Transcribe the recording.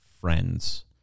friends